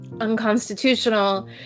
unconstitutional